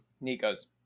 Nico's